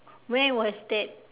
when was that